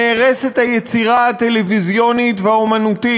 נהרסת היצירה הטלוויזיונית והאמנותית.